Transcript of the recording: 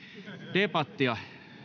debattia